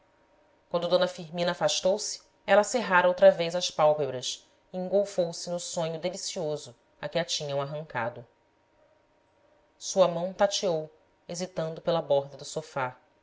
quando d firmina afastou-se ela cerrara outra vez as pálpebras e engolfou se no sonho delicioso a que a tinham arrancado sua mão tateou hesitando pela borda do sofá